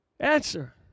Answer